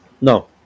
No